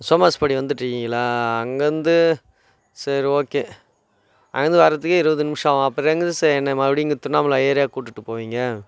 சோம வந்துகிட்ருக்கீங்களா அங்கே வந்து சரி ஓகே அங்கேயிருந்து வர்றதுக்கே இருபது நிமிஷம் ஆகும் அப்புறம் எங்கேயிருந்து சார் என்ன மறுபடியும் இங்கே திருவண்ணாமலை ஏரியாவுக்கு கூட்டிட்டு போவீங்க